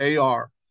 AR